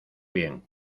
bien